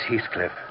Heathcliff